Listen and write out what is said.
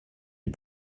les